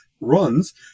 runs